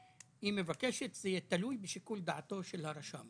היא מבקשת שזה יהיה תלוי בשיקול דעתו של הרשם.